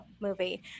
movie